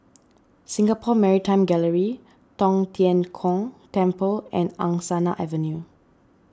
Singapore Maritime Gallery Tong Tien Kung Temple and Angsana Avenue